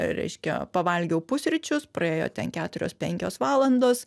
reiškia pavalgiau pusryčius praėjo ten keturios penkios valandos